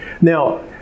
Now